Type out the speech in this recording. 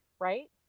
Right